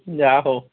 ଯା ହେଉ